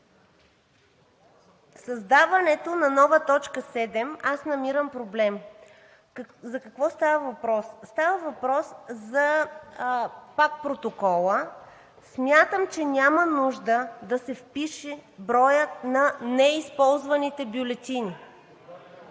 създаването на нова т. 7 аз намирам проблем. За какво става въпрос? Става въпрос пак за протокола. Смятам, че няма нужда да се впише броят на неизползваните бюлетини